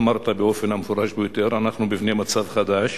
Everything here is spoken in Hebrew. אמרת באופן המפורש ביותר: אנחנו בפני מצב חדש